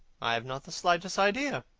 i have not the slightest idea.